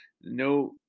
No